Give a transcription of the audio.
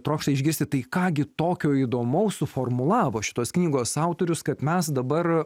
trokšta išgirsti tai ką gi tokio įdomaus suformulavo šitos knygos autorius kad mes dabar